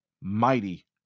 mighty